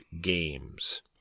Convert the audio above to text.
Games